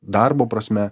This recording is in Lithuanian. darbo prasme